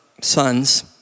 sons